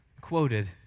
quoted